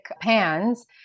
pans